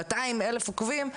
200 אלף עוקבים,